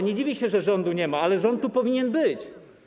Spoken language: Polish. Nie dziwię się, że rządu nie ma, ale rząd powinien tu być.